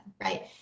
right